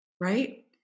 right